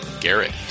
Garrett